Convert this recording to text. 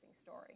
story